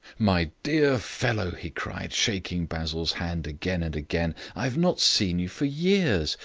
my dear fellow, he cried, shaking basil's hand again and again, i have not seen you for years.